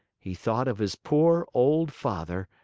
he thought of his poor old father,